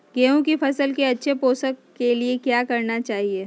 गेंहू की फसल के अच्छे पोषण के लिए क्या करना चाहिए?